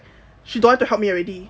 she don't want to help me already